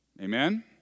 Amen